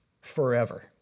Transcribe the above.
forever